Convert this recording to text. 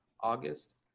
August